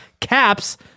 caps